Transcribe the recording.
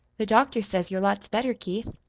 the doctor says you're lots better, keith.